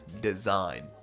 design